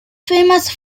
famous